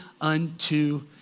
unto